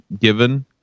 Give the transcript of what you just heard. given